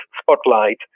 Spotlight